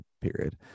period